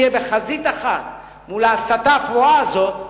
נהיה בחזית אחת מול ההסתה הפרועה הזאת,